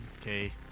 okay